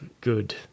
Good